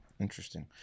interesting